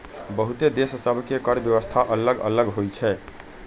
बहुते देश सभ के कर व्यवस्था अल्लग अल्लग होई छै